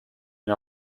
and